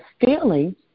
feeling